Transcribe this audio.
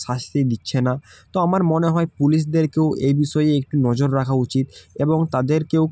শাস্তি দিচ্ছে না তো আমার মনে হয় পুলিশদেরকেও এই বিষয়ে একটু নজর রাখা উচিত এবং তাদেরকেও